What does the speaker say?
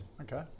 Okay